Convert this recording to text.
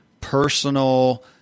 personal